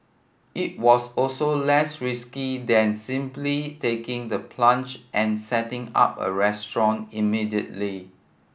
it was also less risky than simply taking the plunge and setting up a restaurant immediately